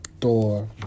Thor